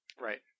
right